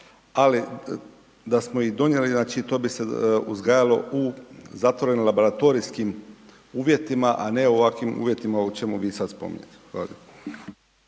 ali, da smo ih donijeli, znači, to bi se uzgajalo u zatvorenim laboratorijskim uvjetima, a ne ovakvim uvjetima o čemu vi sad spominjete.